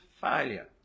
failure